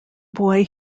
boy